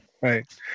Right